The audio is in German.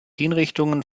hinrichtungen